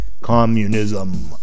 communism